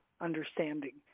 understanding